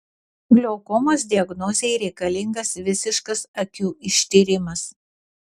glaukomos diagnozei reikalingas visiškas akių ištyrimas